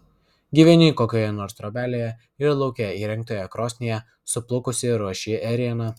gyveni kokioje nors trobelėje ir lauke įrengtoje krosnyje suplukusi ruoši ėrieną